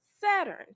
Saturn